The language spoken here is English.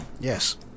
Yes